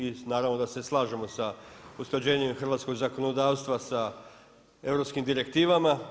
I naravno da se slažemo sa usklađenjem hrvatskog zakonodavstva sa europskim direktivama.